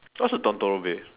what's a bed